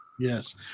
Yes